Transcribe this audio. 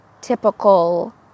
typical